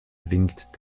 blinkt